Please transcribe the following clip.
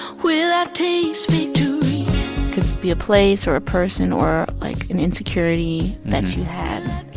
will i taste be a place or a person or, like, an insecurity that you had.